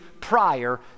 prior